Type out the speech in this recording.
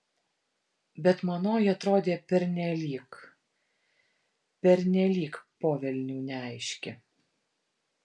bet manoji atrodė pernelyg pernelyg po velnių neaiški